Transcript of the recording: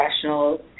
professionals